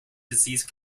disease